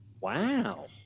wow